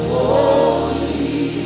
holy